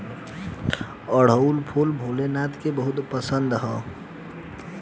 अढ़ऊल फूल भोले नाथ के बहुत पसंद ह